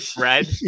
red